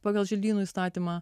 pagal želdynų įstatymą